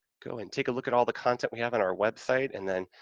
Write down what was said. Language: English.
go and take a look at all the content we have in our website and then,